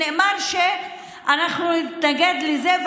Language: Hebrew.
נאמר שאנחנו נתנגד לזה,